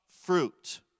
fruit